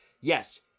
Yes